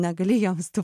negali jiems tų